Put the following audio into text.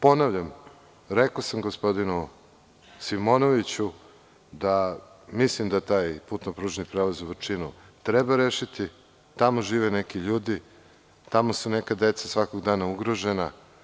Ponavljam, rekao sam gospodinu Simonoviću, da mislim da taj putno-pružni prelaz u Vrčinu treba rešiti, tamo žive neki ljudi, tamo su neka deca svakog dana ugrožena.